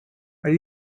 are